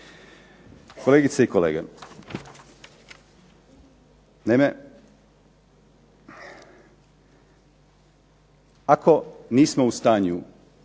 Kolegice i kolege, naime ako nismo u stanju